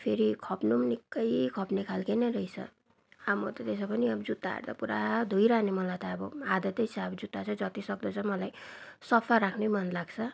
फेरि खप्नु निकै खप्ने खाले नै रहेछ अब म त त्यसै पनि अब जुत्ताहरू त पुरा धोइरहने मलाई त अब आदत छ अब जुत्ता चाहिँ जति सक्दो चाहिँ मलाई सफा राख्न मन लाग्छ